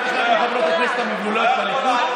את אחת מחברות הכנסת המובילות בליכוד.